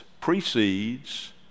precedes